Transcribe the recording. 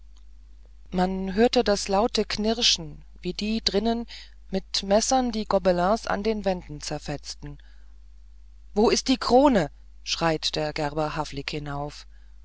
man hörte das laute knirschen wie die drinnen mit messern die gobelins an den wänden zerfetzten wo ist die krone schreit der gerber havlik hinauf